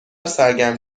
سرگرم